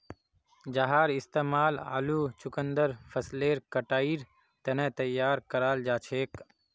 जहार इस्तेमाल आलू चुकंदर फसलेर कटाईर तने तैयार कराल जाछेक